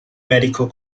medical